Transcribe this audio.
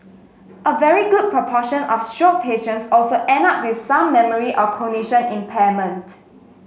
a very good proportion of stroke patients also end up with some memory or cognition impairment